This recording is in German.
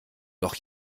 doch